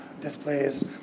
displays